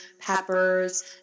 peppers